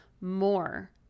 more